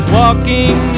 walking